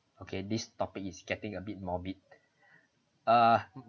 okay this topic is getting a bit morbid ah